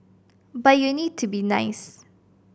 but you need to be nice